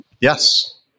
Yes